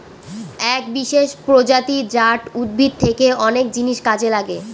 এক বিশেষ প্রজাতি জাট উদ্ভিদ থেকে অনেক জিনিস কাজে লাগে